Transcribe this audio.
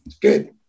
Good